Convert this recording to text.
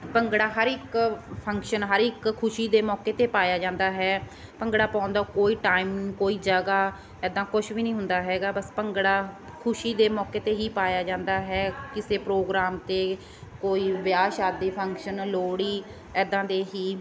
ਭੰਗੜਾ ਹਰ ਇੱਕ ਫੰਕਸ਼ਨ ਹਰ ਇੱਕ ਖੁਸ਼ੀ ਦੇ ਮੌਕੇ 'ਤੇ ਪਾਇਆ ਜਾਂਦਾ ਹੈ ਭੰਗੜਾ ਪਾਉਣ ਦਾ ਕੋਈ ਟਾਈਮ ਕੋਈ ਜਗ੍ਹਾ ਇੱਦਾਂ ਕੁਛ ਵੀ ਨਹੀਂ ਹੁੰਦਾ ਹੈਗਾ ਬਸ ਭੰਗੜਾ ਖੁਸ਼ੀ ਦੇ ਮੌਕੇ 'ਤੇ ਹੀ ਪਾਇਆ ਜਾਂਦਾ ਹੈ ਕਿਸੇ ਪ੍ਰੋਗਰਾਮ 'ਤੇ ਕੋਈ ਵਿਆਹ ਸ਼ਾਦੀ ਫੰਕਸ਼ਨ ਲੋਹੜੀ ਇੱਦਾਂ ਦੇ ਹੀ